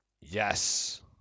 Yes